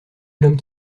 l’homme